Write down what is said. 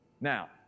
Now